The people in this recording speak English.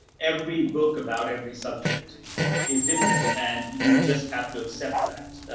every book about every subject is different. and you just have to accept that.